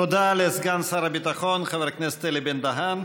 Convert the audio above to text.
תודה לסגן שר הביטחון חבר הכנסת אלי בן-דהן.